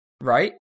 Right